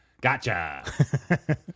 Gotcha